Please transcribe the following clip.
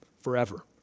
forever